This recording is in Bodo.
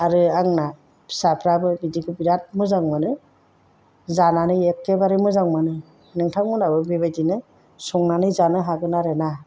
आरो आंना फिसाफ्राबो बिदिखौ बिराद मोजां मोनो जानानै एखेबारे मोजां मोनो नोंथांमोनाबो बेबादिनो संनानै जानो हागोन आरो ना